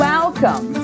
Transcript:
Welcome